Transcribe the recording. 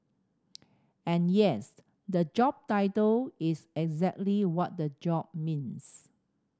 and yes the job title is exactly what the job means